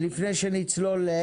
בוקר טוב לכולם,